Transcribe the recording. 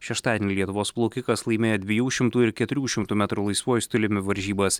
šeštadienį lietuvos plaukikas laimėjo dviejų šimtų ir keturių šimtų metrų laisvuoju stiliumi varžybas